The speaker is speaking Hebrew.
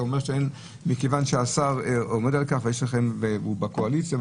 אומר שהשר עומד על כך והוא בקואליציה.